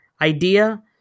idea